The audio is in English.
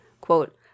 Quote